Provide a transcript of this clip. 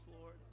Lord